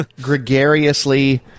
gregariously